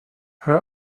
her